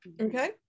Okay